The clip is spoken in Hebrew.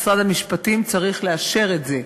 משרד המשפטים צריך לאשר את זה.